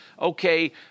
okay